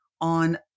on